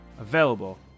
available